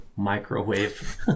microwave